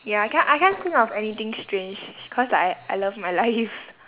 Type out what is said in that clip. ya I can't I can't think of anything strange cause like I love my life